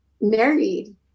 married